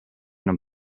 non